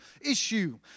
issue